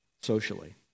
socially